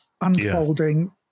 unfolding